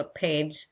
page